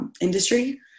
industry